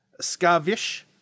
Skavish